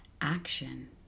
action